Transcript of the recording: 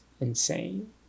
insane